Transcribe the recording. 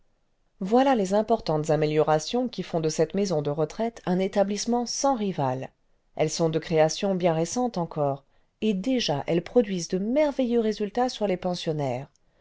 voilà les importantes améliorations qui font de cette maison de retraite un établissement sans rival elles sont de création bien récentes encore et déjà elles produisent de merveilleux résultats sur les pensionnaires